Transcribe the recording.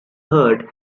heart